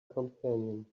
champion